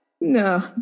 no